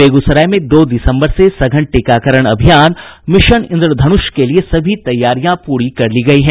बेगूसराय में दो दिसम्बर से सघन टीकाकरण अभियान मिशन इंद्रधनुष के लिए सभी तैयारियां पूरी कर ली गयी हैं